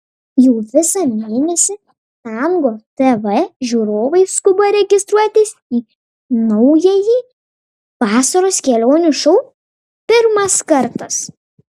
jau visą mėnesį tango tv žiūrovai skuba registruotis į naująjį vasaros kelionių šou pirmas kartas